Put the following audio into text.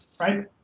right